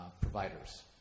providers